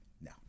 No